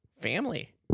family